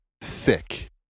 thick